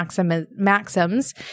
maxims